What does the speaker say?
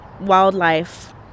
wildlife